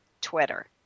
Twitter